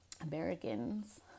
Americans